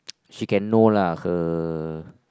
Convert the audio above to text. she can know lah her